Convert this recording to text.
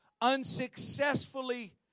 unsuccessfully